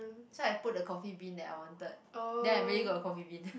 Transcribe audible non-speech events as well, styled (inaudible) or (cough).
so I put the coffee-bean that I wanted then I really got the coffee-bean (laughs)